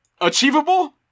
achievable